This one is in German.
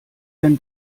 denn